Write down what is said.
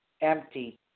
empty